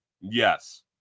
yes